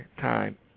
time